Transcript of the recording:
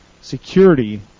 security